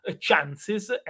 chances